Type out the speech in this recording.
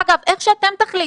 אגב, איך שאתם תחליטו,